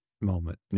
moment